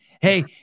Hey